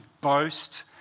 boast